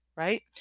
right